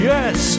Yes